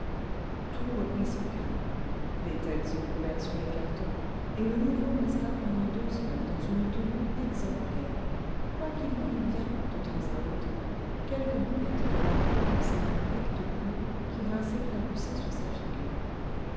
tout reprit son calme les têtes se courbèrent sur les cartons et le nouveau resta pendant deux heures dans une tenue exemplaire quoiqu'il y eût bien de temps à autre quelque boulette de papier lancée d'un bec de plume qui vînt s'éclabousser sur sa figure